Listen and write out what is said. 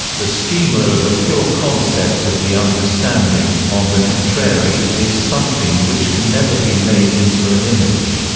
the schema of a pure concept of the understanding, on the contrary, is something which can never be made into an image.